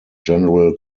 general